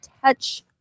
touch